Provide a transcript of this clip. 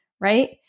right